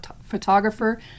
photographer